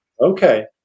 Okay